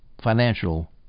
financial